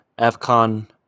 AFCON